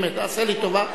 באמת, תעשה לי טובה.